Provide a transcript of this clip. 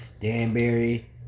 Danbury